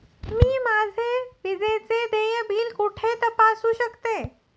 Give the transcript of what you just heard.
मी माझे विजेचे देय बिल कुठे तपासू शकते?